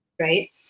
Right